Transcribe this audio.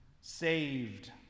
saved